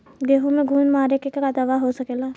गेहूँ में घुन मारे के का दवा हो सकेला?